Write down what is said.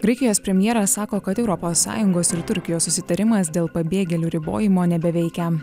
graikijos premjeras sako kad europos sąjungos ir turkijos susitarimas dėl pabėgėlių ribojimo nebeveikia